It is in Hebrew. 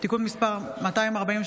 (תיקון מס' 243),